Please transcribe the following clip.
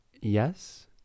Yes